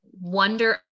wonder